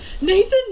Nathan